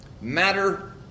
matter